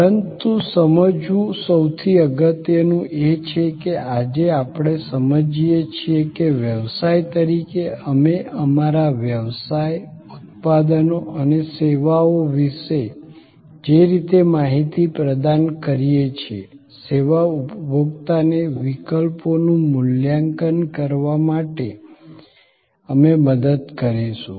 પરંતુ સમજવું સૌથી અગત્યનું એ છે કે આજે આપણે સમજીએ છીએ કે વ્યવસાય તરીકે અમે અમારા વ્યવસાય ઉત્પાદનો અને સેવાઓ વિશે જે રીતે માહિતી પ્રદાન કરીએ છીએ સેવા ઉપભોક્તાને વિકલ્પોનું મૂલ્યાંકન કરવા માટે અમે મદદ કરીશું